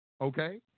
Okay